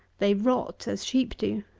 they rot as sheep do.